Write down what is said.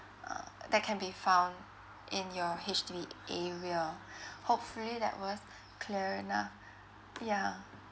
err that can be found in your H_D_B area hopefully that was clear enough yeah